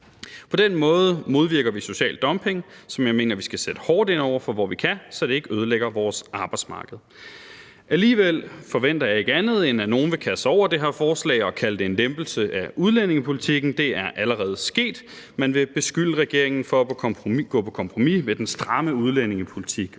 På den måde modvirker vi social dumping, som jeg mener at vi skal sætte hårdt ind over for, hvor vi kan, så det ikke ødelægger vores arbejdsmarked. Alligevel forventer jeg ikke andet, end at nogle vil kaste sig over det her forslag og kalde det en lempelse af udlændingepolitikken – det er allerede sket – at man vil beskylde regeringen for at gå på kompromis med den stramme udlændingepolitik